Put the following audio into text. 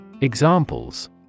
Examples